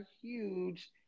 huge